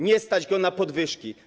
Nie stać go na podwyżki.